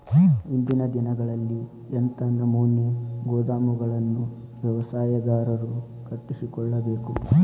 ಇಂದಿನ ದಿನಗಳಲ್ಲಿ ಎಂಥ ನಮೂನೆ ಗೋದಾಮುಗಳನ್ನು ವ್ಯವಸಾಯಗಾರರು ಕಟ್ಟಿಸಿಕೊಳ್ಳಬೇಕು?